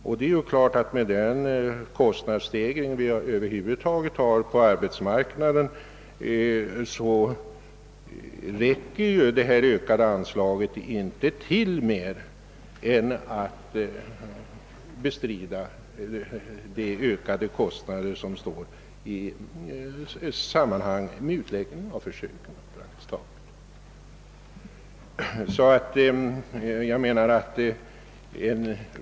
På grund av kostnadsstegringen på arbetsmarknaden räcker det ökade anslaget inte till mer än att bestrida de ökade kostnader som sammanhänger med utläggningen av försöken.